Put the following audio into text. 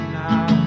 now